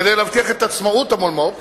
כדי להבטיח את עצמאות המולמו"פ,